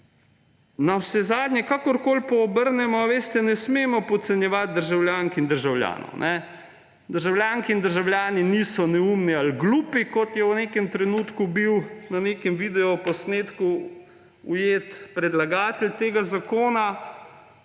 Navsezadnje kakorkoli obrnemo, veste, ne smemo podcenjevati državljank in državljanov. Državljanke in državljani niso neumni ali glupi, kot je bil v nekem trenutku na nekem videoposnetku ujet predlagatelj tega zakona.